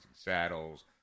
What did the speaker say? Saddles